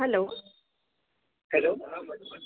hello hello